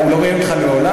הוא לא ראיין אותך מעולם?